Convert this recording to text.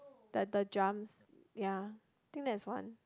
the the drums ya I think that's one